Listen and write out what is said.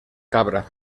cabra